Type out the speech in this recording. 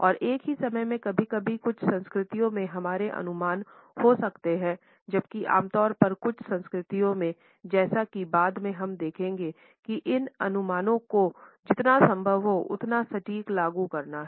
और एक ही समय में कभी कभी कुछ संस्कृतियों में हमारे अनुमान हो सकते हैं जबकि आम तौर पर कुछ संस्कृतियों में जैसा कि बाद में हम देखेंगे कि इन अनुमानों को जितना संभव हो उतना सटीक लागू करना है